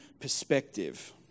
perspective